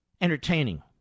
entertaining